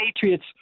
Patriots